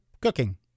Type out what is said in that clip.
cooking